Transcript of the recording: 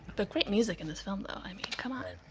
but great music in this film, though. i mean, come on